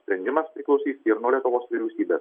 sprendimas priklausys nuo lietuvos vyriausybės